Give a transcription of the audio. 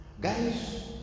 Guys